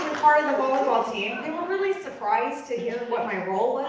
part of the volleyball team, they were really surprised to hear what my role